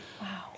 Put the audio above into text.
Wow